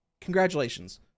Congratulations